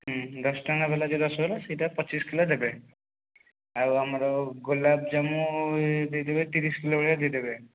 ହୁଁ ଦଶଟଙ୍କ ବାଲା ଯେଉଁ ରସଗୋଲା ସେଇଟା ପଚିଶ କିଲୋ ଦେବେ ଆଉ ଆମର ଗୋଲାମଜାମୁ ଦେଇଦେବେ ତିରିଶ କିଲୋ ଭଳିଆ ଦେଇଦେବେ